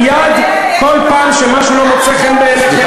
מייד כל פעם שמשהו לא מוצא חן בעיניכם,